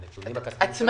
הנתונים -- עוד פעם